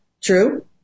true